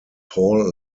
paul